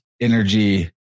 energy